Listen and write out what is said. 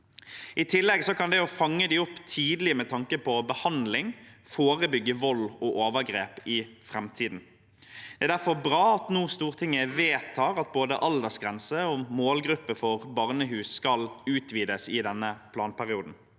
I tillegg kan det å fange dem opp tidlig med tanke på behandling forebygge vold og overgrep i framtiden. Det er derfor bra at Stortinget nå vedtar at både aldersgrense og målgruppe for barnehus skal utvides i denne planperioden.